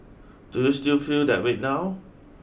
do you still feel that way now